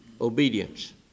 obedience